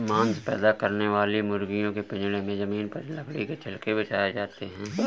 मांस पैदा करने वाली मुर्गियों के पिजड़े में जमीन पर लकड़ी के छिलके बिछाए जाते है